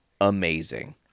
amazing